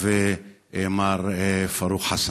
ומר פארוק חסן.